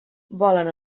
volen